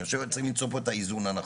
אני חושב שצריכים למצוא פה את האיזון הנכון.